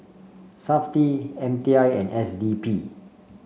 Safti M T I and S D P